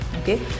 Okay